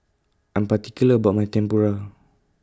I Am particular about My Tempura